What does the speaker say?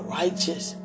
righteous